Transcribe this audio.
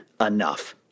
Enough